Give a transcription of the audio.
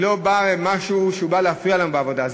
היא לא משהו שבא להפריע לנו בעבודה,